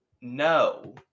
no